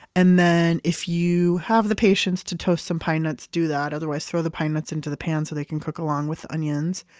and then if you have the patience to toast some pine nuts, do that. otherwise, throw the pine nuts into the pan so they can cook along with the onions.